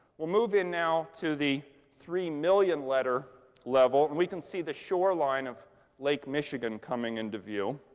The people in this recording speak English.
we'll move in now to the three million letter level. and we can see the shoreline of lake michigan coming into view.